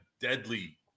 deadly